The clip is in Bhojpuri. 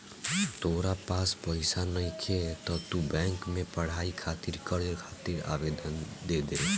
तोरा पास पइसा नइखे त तू बैंक में पढ़ाई खातिर कर्ज खातिर आवेदन दे दे